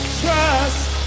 trust